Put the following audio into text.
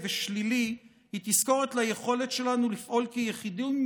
ושלילי היא תזכורת ליכולת שלנו לפעול כיחידים,